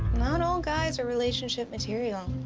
not all guys are relationship material.